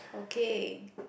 okay